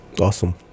Awesome